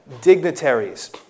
dignitaries